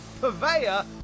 purveyor